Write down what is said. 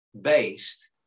based